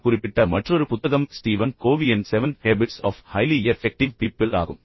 நான் குறிப்பிட்ட மற்றொரு புத்தகம் ஸ்டீவன் கோவியின் seven habits of highly effective people ஆகும்